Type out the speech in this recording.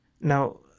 Now